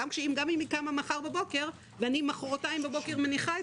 גם אם היא תקום מחר בבוקר ומוחרתיים בבוקר אניח את